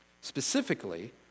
Specifically